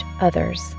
others